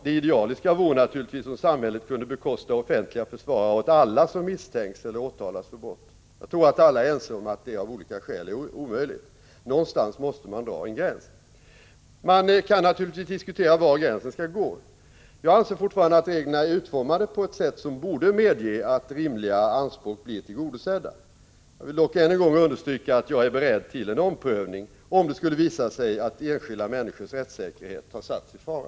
Det idealiska vore naturligtvis om samhället kunde bekosta offentliga försvarare åt alla som misstänks eller åtalas för brott. Jag tror att alla är ense om att detta av olika skäl är omöjligt. Någonstans måste man dra en gräns. Man kan naturligtvis diskutera var gränsen skall gå. Jag anser fortfarande att reglerna är utformade på ett sätt som borde medge att rimliga anspråk blir tillgodosedda. Jag vill dock än en gång understryka att jag är beredd till en omprövning om det skulle visa sig att enskilda människors rättssäkerhet har satts i fara.